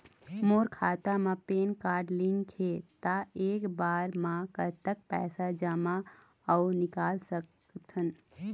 मोर खाता मा PAN card link हे ता एक बार मा कतक पैसा जमा अऊ निकाल सकथन?